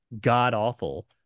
god-awful